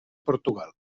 portugal